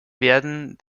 werden